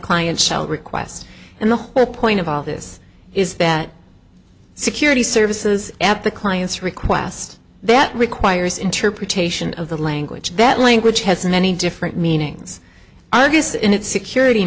client child requests and the whole point of all this is that security services at the client's request that requires interpretation of the language that language has many different meanings i guess in its security